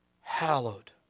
hallowed